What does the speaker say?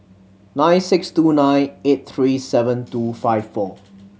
nine six two nine eight three seven two five four